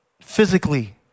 physically